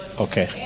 Okay